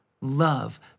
love